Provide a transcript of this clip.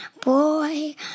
boy